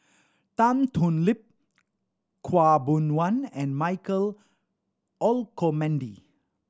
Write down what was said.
Tan Thoon Lip Khaw Boon Wan and Michael Olcomendy